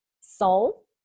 Soul